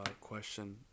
question